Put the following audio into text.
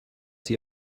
sie